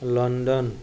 London